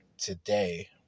today